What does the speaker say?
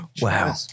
Wow